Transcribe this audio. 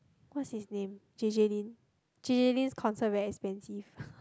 what's his name J-J_Lin J-J_Lin's concert very expensive